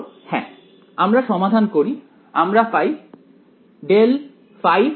ছাত্র হ্যাঁ আমরা সমাধান করি আমরা পাই ∇ϕ ·